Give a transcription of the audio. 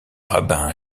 rabbin